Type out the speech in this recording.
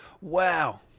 Wow